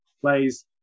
plays